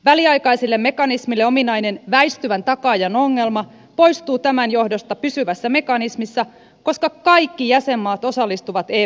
väliaikaiselle mekanismille ominainen väistyvän takaajan ongelma poistuu tämän johdosta pysyvässä mekanismissa koska kaikki jäsenmaat osallistuvat evmn pääomittamiseen